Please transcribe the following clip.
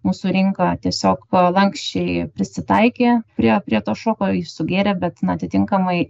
mūsų rinka tiesiog lanksčiai prisitaikė prie prie to šoko jį sugėrė bet na atitinkamai